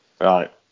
Right